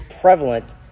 prevalent